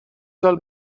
سال